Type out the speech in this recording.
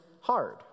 hard